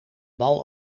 bal